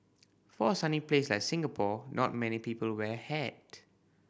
for a sunny place like Singapore not many people wear hat